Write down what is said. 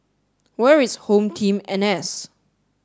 where is home team N S